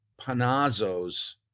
Panazzo's